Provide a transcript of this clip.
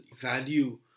value